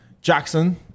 Jackson